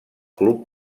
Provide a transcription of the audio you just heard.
club